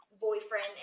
boyfriend